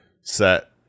set